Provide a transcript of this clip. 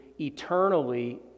eternally